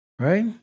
right